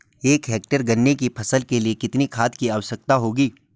एक हेक्टेयर गन्ने की फसल के लिए कितनी खाद की आवश्यकता होगी?